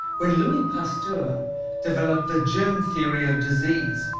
when louis pasteur developed the germ theory of disease,